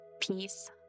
Peace